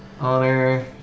Honor